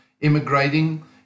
immigrating